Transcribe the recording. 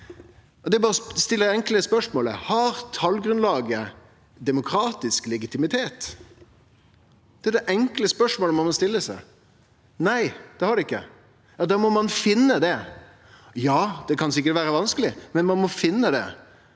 Har talgrunnlaget demokratisk legitimitet? Det er det enkle spørsmålet ein må stille seg. Nei, det har det ikkje. Da må ein finne det. Ja, det kan sikkert vere vanskeleg, men ein må finne det,